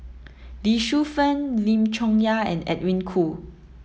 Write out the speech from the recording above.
Lee Shu Fen Lim Chong Yah and Edwin Koo